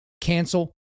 cancel